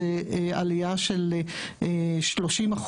זו עלייה של 30%,